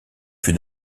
fut